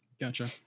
gotcha